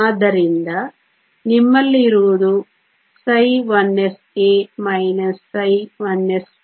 ಆದ್ದರಿಂದ ನಿಮ್ಮಲ್ಲಿರುವುದು ψ1sA ψ1sC